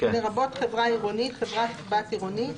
לרבות חברה עירונית, חברת בת עירונית